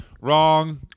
Wrong